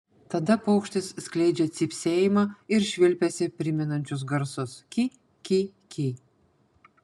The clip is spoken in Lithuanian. tada paukštis skleidžia cypsėjimą ir švilpesį primenančius garsus ki ki ki